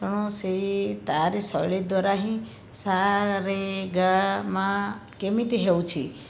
ତେଣୁ ସେଇ ତାରି ଶୈଳୀ ଦ୍ୱାରା ହିଁ ସାରେଗାମା କେମିତି ହେଉଛି